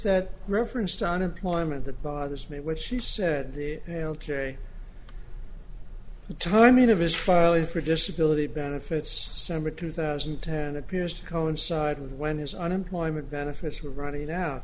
that reference to unemployment that bothers me which she said the hail to the timing of his filing for disability benefits summer two thousand and ten appears to coincide with when his unemployment benefits were running out